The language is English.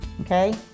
okay